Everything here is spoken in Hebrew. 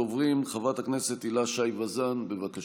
ראשונת הדוברים, חברת הכנסת הילה שי וזאן, בבקשה.